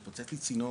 התפוצץ לי צינור,